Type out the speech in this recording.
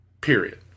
Period